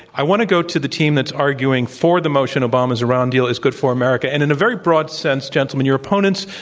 i want to go to the team that's arguing for the motion, obama's iran deal is good for america. and in a very broad sense, gentlemen, your opponents,